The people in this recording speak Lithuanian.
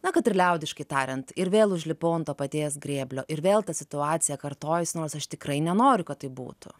na kad ir liaudiškai tariant ir vėl užlipau ant to paties grėblio ir vėl ta situacija kartojas nors aš tikrai nenoriu kad taip būtų